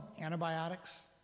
antibiotics